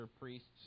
priests